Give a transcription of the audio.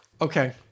Okay